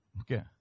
Okay